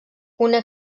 una